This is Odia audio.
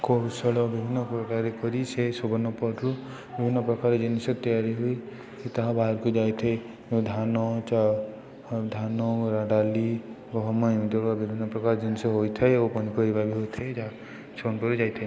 କୌଶଳ ବିଭିନ୍ନ ପ୍ରକାର କରି ସେ ସୁବର୍ଣପୂରଠୁ ବିଭିନ୍ନ ପ୍ରକାର ଜିନିଷ ତିଆରି ହୋଇ ସେ ତାହା ବାହାରକୁ ଯାଇଥାଏ ଧାନ ଚା ଧାନ ଡ଼ାଲି ଗହମ ଏମିତି ବିଭିନ୍ନ ପ୍ରକାର ଜିନିଷ ହୋଇଥାଏ ଓ ପନିପରିବା ବି ହୋଇଥାଏ ଯାହା ସୋନପୁର ଯାଇଥାଏ